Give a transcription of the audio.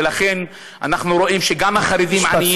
ולכן אנחנו רואים שגם החרדים עניים,